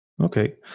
Okay